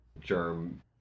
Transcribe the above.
germ